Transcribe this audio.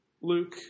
Luke